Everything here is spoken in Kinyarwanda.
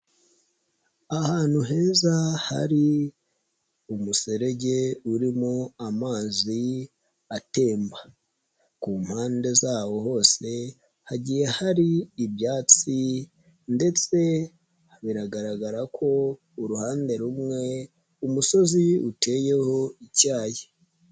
Ahantu heza hari umuserege urimo amazi atemba. Ku mpande zawo hose hagiye hari ibyatsi ndetse biragaragara ko uruhande rumwe umusozi uteyeho icyayi.